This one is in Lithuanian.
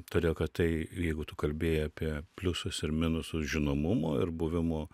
todėl kad tai jeigu tu kalbėjai apie pliusus ir minusus žinomumo ir buvimo